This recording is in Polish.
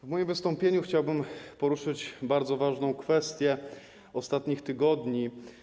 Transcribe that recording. W moim wystąpieniu chciałbym poruszyć bardzo ważną kwestię ostatnich tygodni.